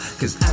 cause